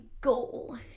goal